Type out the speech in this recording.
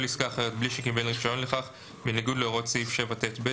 עסקה אחרת בלי שקיבל רישיון לכך בניגוד להוראות סעיף ט(ב),